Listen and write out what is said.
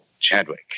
Chadwick